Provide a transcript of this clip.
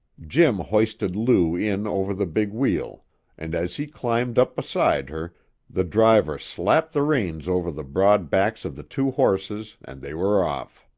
jim hoisted lou in over the big wheel and as he climbed up beside her the driver slapped the reins over the broad backs of the two horses, and they were off.